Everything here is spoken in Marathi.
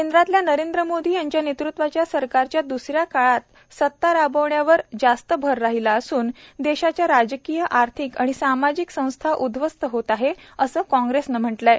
केंद्रातल्या नरेंद्र मोदी यांच्या नेतृत्वातल्या सरकारच्या दुसऱ्या कार्यकाळात सत्ता राबवण्यावर जास्त भर राहिला असून देशाच्या राजकीय आर्थिक आणि सामाजिक संस्था उद्ववस्त होत आहेत असं काँग्रेसनं म्हटलं आहे